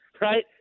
right